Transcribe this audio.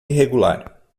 irregular